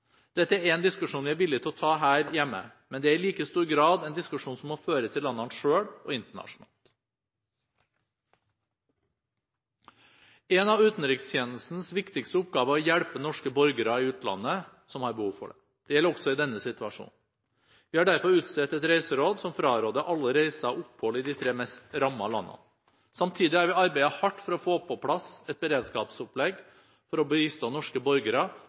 Dette er en diskusjon vi er villige til å ta her hjemme, men det er i like stor grad en diskusjon som må føres i landene selv og internasjonalt. En av utenrikstjenestens viktigste oppgaver er å hjelpe norske borgere i utlandet som har behov for det. Det gjelder også i denne situasjonen. Vi har derfor utstedt et reiseråd som fraråder alle reiser og opphold i de tre mest rammede landene. Samtidig har vi arbeidet hardt for å få på plass et beredskapsopplegg for å bistå norske borgere